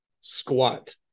squat